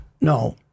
No